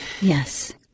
Yes